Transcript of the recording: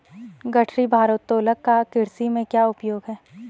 गठरी भारोत्तोलक का कृषि में क्या उपयोग है?